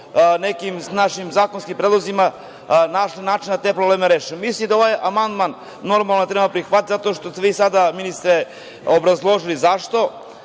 nekim našim zakonskim predlozima, našli način da te probleme rešimo. Mislim da ovaj amandman, normalno ne treba da prihvatimo, jer ste vi sada ministre obrazložili zašto,